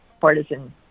partisan